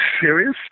serious